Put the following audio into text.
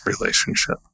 relationship